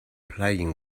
playing